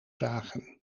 zagen